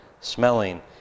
smelling